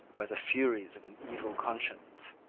by the furies of an evil conscience,